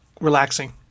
relaxing